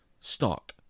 stock